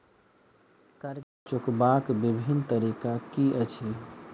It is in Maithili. कर्जा चुकबाक बिभिन्न तरीका की अछि?